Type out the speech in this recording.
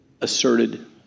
asserted